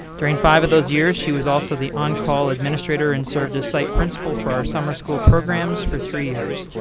during five of those years, she was also the on-call administrator and served as site principal for our summer school programs for three years.